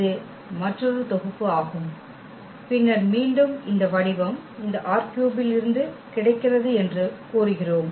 இது மற்றொரு தொகுப்பு ஆகும் பின்னர் மீண்டும் இந்த வடிவம் இந்த ℝ3 தொகுப்பிலிருந்து கிடைக்கிறது என்று கூறுகிறோம்